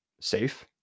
safe